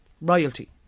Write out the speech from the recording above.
royalty